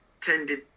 tended